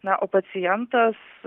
na o pacientas